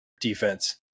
defense